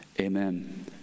Amen